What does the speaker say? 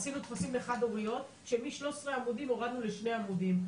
עשינו טפסים לחד הוריות שמ-13 עמודים הורדנו לשני עמודים.